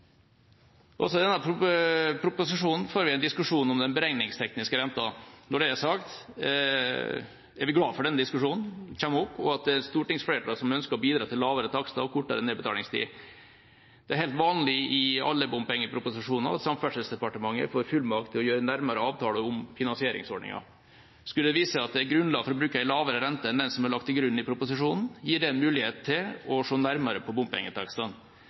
Også i denne proposisjonen får vi en diskusjon om den beregningstekniske renten. Når det er sagt, er vi glad for at denne diskusjonen kommer opp, og at det er et stortingsflertall som ønsker å bidra til lavere takster og kortere nedbetalingstid. Det er helt vanlig i alle bompengeproposisjoner at Samferdselsdepartementet får fullmakt til å gjøre nærmere avtaler om finansieringsordningen. Skulle det vise seg at det er grunnlag for å bruke en lavere rente enn den som er lagt til grunn i proposisjonen, gir det en mulighet til å se nærmere på bompengetakstene.